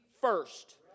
first